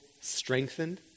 strengthened